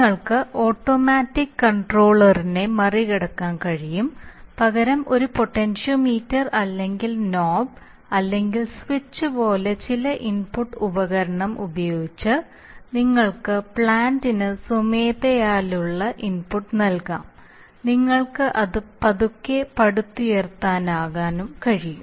നിങ്ങൾക്ക് ഓട്ടോമാറ്റിക് കണ്ട്രോളറിനെ മറികടക്കാൻ കഴിയും പകരം ഒരു പൊട്ടൻഷ്യോമീറ്റർ അല്ലെങ്കിൽ നോബ് അല്ലെങ്കിൽ സ്വിച്ച് പോലുള്ള ചില ഇൻപുട്ട് ഉപകരണം ഉപയോഗിച്ച് നിങ്ങൾക്ക് പ്ലാന്റിന് സ്വമേധയാലുള്ള ഇൻപുട്ട് നൽകാം നിങ്ങൾക്ക് അത് പതുക്കെ പടുത്തുയർത്താനും കഴിയും